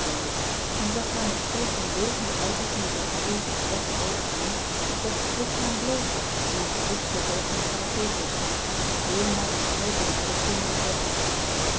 en zag haar met zoo'n ondeugende uitdrukking in z'n vroolijke zwarte oogen aan dat bets plotseling bloosde en haar gezicht verborg in een canapékussen heelemaal ontsteld door die plotselinge ontdekking